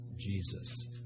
Jesus